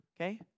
okay